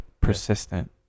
Persistent